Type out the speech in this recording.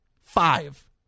Five